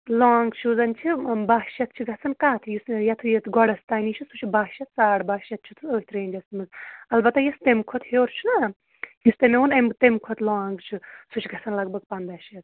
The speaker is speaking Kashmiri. لانٛگ شوٗزَن چھِ باہ شیٚتھ چھِ گژھان کَتھ یُس یَتھ یَتھ یتھ گۄڈَستانی چھُ سُہ چھُ باہ شیٚتھ ساڑ باہ شٚتھ چھُ أتھۍ رینٛجس منٛز البتہٕ یُس تَمہِ کھۄتہٕ ہیوٚر چھُنا یُس تۅہہِ مےٚ ووٚن اَمہِ تَمہِ کھۄتہٕ لانٛگ چھُ سُہ چھُ گژھان لگ بگ پنٛداہ شٚتھ